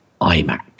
iMac